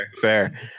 fair